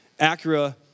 Acura